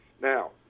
Now